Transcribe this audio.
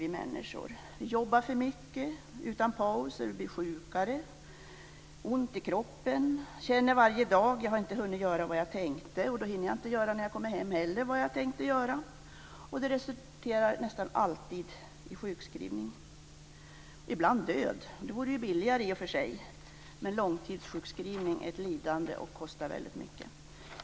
Vi jobbar för mycket, utan pauser, blir sjukare, har ont i kroppen, känner varje dag att vi inte har hunnit göra vad vi tänkte och hinner inte heller göra det när vi kommer hem. Det resulterar nästan alltid i sjukskrivning, ibland död - det vore i och för sig billigare. Långtidssjukskrivning är ett lidande och kostar väldigt mycket.